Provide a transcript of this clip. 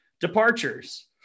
departures